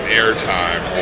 airtime